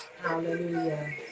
Hallelujah